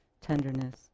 tenderness